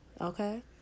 okay